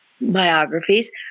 biographies